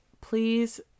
please